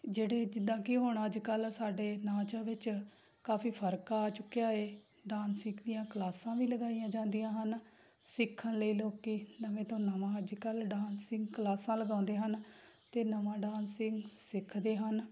ਜਿਹੜੇ ਜਿੱਦਾਂ ਕਿ ਹੁਣ ਅੱਜ ਕੱਲ੍ਹ ਸਾਡੇ ਨਾਚ ਵਿੱਚ ਕਾਫੀ ਫਰਕ ਆ ਚੁੱਕਿਆ ਹੈ ਡਾਂਸਿੰਕ ਦੀਆਂ ਕਲਾਸਾਂ ਵੀ ਲਗਾਈਆਂ ਜਾਂਦੀਆਂ ਹਨ ਸਿੱਖਣ ਲਈ ਲੋਕ ਨਵੇਂ ਤੋਂ ਨਵਾਂ ਅੱਜ ਕੱਲ੍ਹ ਡਾਂਸਿੰਗ ਕਲਾਸਾਂ ਲਗਾਉਂਦੇ ਹਨ ਅਤੇ ਨਵਾਂ ਡਾਂਸਿੰਗ ਸਿੱਖਦੇ ਹਨ